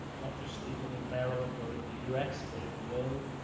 not just even in maryland, or in the u s, but in the world.